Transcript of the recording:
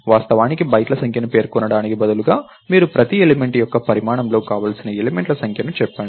వాస్తవానికి బైట్ల సంఖ్యను పేర్కొనడానికి బదులుగా మీరు ప్రతి ఎలిమెంట్ యొక్క పరిమాణంలో కావలసిన ఎలిమెంట్ల సంఖ్యను చెప్పండి